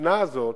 האופנה הזאת